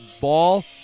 ball